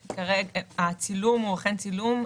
הצילום הוא אכן צילום.